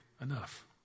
Enough